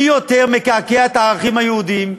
מי יותר מקעקע את הערכים היהודיים,